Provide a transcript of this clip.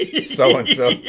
so-and-so